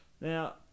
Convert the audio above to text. Now